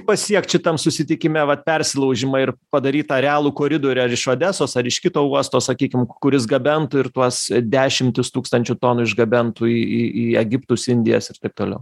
pasiekt šitam susitikime vat persilaužimą ir padaryt tą realų koridorių ar iš odesos ar iš kito uosto sakykim kuris gabentų ir tuos dešimtis tūkstančių tonų išgabentų į į į egiptus indijas ir taip toliau